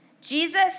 Jesus